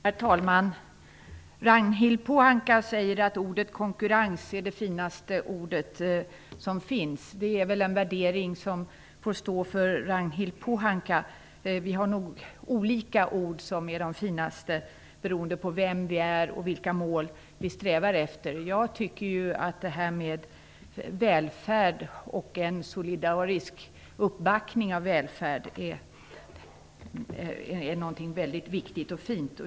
Herr talman! Ragnhild Pohanka säger att ordet konkurrens är det finaste ord som finns. Det är väl en värdering som får stå för Ragnhild Pohanka. Vi har nog olika ord som vi tycker är de finaste, beroende på vilka vi är och vilka mål vi strävar efter. Jag tycker att detta med välfärd och en solidarisk uppbackning av välfärden är någonting viktigt och fint.